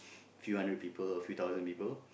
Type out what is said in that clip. few hundred people or few thousand people